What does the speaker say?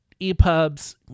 EPUBs